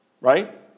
Right